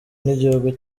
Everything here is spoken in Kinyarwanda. n’igihugu